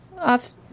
off